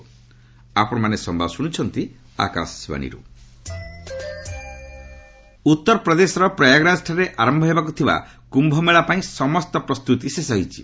କୁମ୍ୟମେଳା ଉତ୍ତରପ୍ରଦେଶର ପ୍ରୟାଗରାଜରେ ଆରମ୍ଭ ହେବାକ୍ ଥିବା କୃମ୍ଭ ମେଳା ପାଇଁ ସମସ୍ତ ପ୍ରସ୍ତତି ଶେଷ ହୋଇଛି